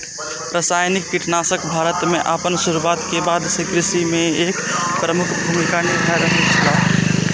रासायनिक कीटनाशक भारत में आपन शुरुआत के बाद से कृषि में एक प्रमुख भूमिका निभाय रहल छला